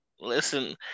listen